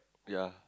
ya